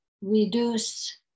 reduce